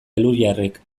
elhuyarrek